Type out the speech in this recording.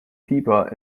piper